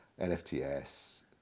NFTS